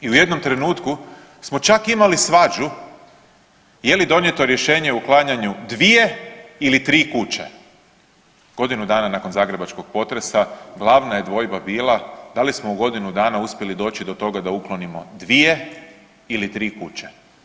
I u jednom trenutku smo čak imali svađu je li donijeto rješenje o uklanjanju dvije ili tri kuće, godinu dana nakon zagrebačkog potresa glavna je dvojba bila da li smo u godinu dana uspjeli doći do toga da uklonimo dvije ili tri kuće.